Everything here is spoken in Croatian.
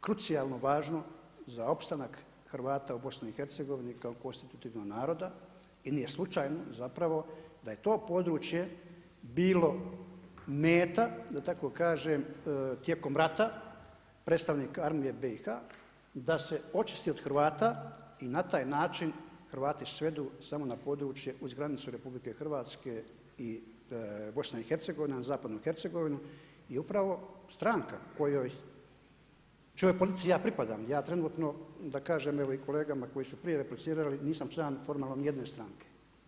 krucijalno važno za opstanak Hrvata u BiH-u kao konstitutivnog naroda i nije slučajno zapravo da je to područje bilo meta da tako kažem, tijekom rada, predstavnik armije BiH-a, da se očisti od Hrvata i na taj način Hrvati svedu samo na područje uz granicu RH i BiH-a, zapadna Hercegovina i upravo stranka čijoj politici ja pripadam, ja trenutno da kažem i kolegama koji su prije replicirali, nisam član formalno nijedne stranke.